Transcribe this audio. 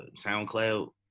soundcloud